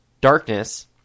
darkness